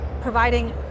providing